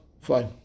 Fine